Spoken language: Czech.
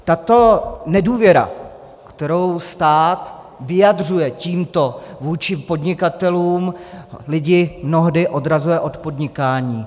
Tato nedůvěra, kterou stát vyjadřuje tímto vůči podnikatelům, lidi mnohdy odrazuje od podnikání.